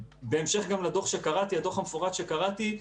גם בהמשך לדוח המפורט שקראתי,